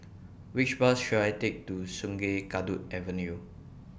Which Bus should I Take to Sungei Kadut Avenue